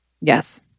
Yes